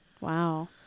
Wow